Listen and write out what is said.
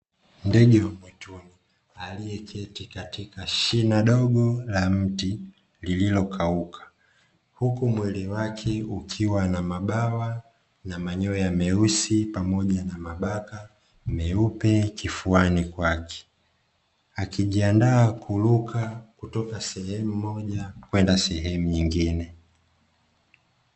Ndege wa mwituni aliyeketi katika shina dogo la mti lililokauka, huku mwili wake ukiwa na mabawa na manyoya meusi, pamoja na mabaka meupe kifuani kwake, akijiandaa kuruka kutoka sehemu moja kwenda sehemu nyingine.